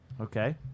Okay